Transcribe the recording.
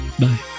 Bye